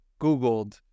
googled